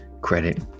credit